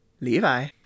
Levi